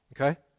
okay